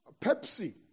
Pepsi